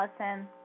Allison